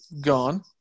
Gone